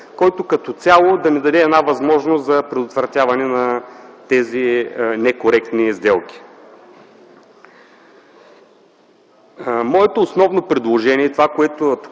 който, като цяло, да ни даде една възможност за предотвратяване на тези некоректни сделки. Моето основно предложение, за което